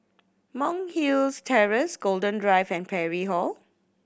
Monk Hill's Terrace Golden Drive and Parry Hall